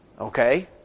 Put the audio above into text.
Okay